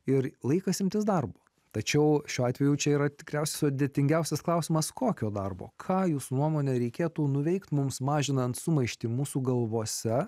ir laikas imtis darbo tačiau šiuo atveju čia yra tikriausiai sudėtingiausias klausimas kokio darbo ką jūs nuomone reikėtų nuveikti mums mažinant sumaištį mūsų galvose